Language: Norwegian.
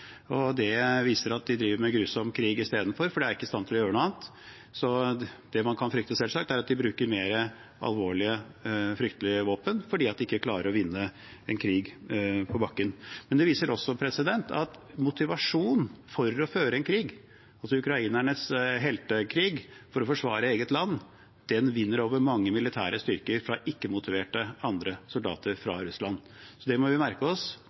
Det viser at de driver med grusom krig istedenfor, for de er ikke i stand til å gjøre noe annet. Det man kan frykte, er selvsagt at de bruker mer alvorlige, fryktelige våpen fordi de ikke klarer å vinne en krig på bakken. Men det viser også noe om motivasjonen for å føre en krig. Ukrainernes heltekrig for å forsvare eget land vinner over mange militære styrker med ikke-motiverte soldater fra Russland. Det må vi merke oss.